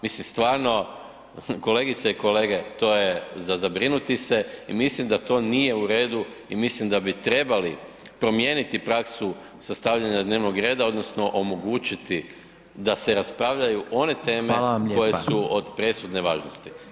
Mislim stvarno, kolegice i kolege, to je za zabrinuti se i mislim da to nije u redu i mislim da bi trebali promijeniti praksu sastavljanja dnevnog reda odnosno omogućiti da se raspravljaju one teme koje su od presudne važnosti.